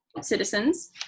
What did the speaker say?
citizens